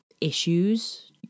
issues